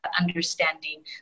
understanding